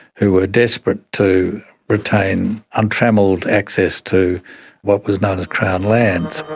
who were desperate to retain untrammelled access to what was known as crown lands.